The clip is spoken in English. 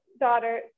daughter